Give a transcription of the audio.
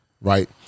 right